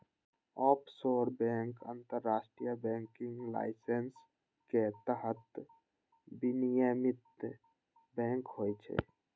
offshore bank अंतरराष्ट्रीय banking license के तहत विनियमित बैंक होइ छै